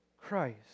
Christ